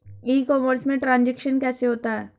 ई commerce में transaction कैसे होता है?